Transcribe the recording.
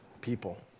people